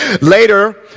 Later